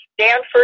Stanford